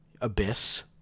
abyss